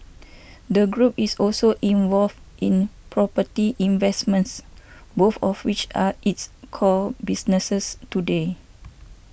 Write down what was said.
the group is also involved in property investments both of each are its core businesses today